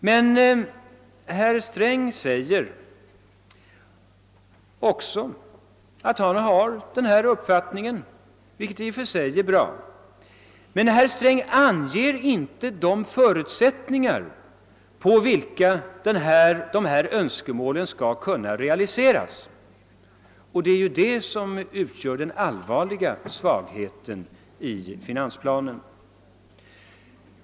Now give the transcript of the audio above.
Att herr Sträng har denna uppfattning är i och för sig bra, men herr Sträng anger inte de förutsättningar under vilka dessa önskemål skall kunna realiseras, och det är det som är den allvarliga svagheten i finansplanen.